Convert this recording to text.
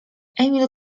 emil